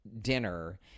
dinner